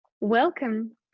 Welcome